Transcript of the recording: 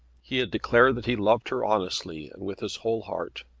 he had declared that he loved her honestly and with his whole heart.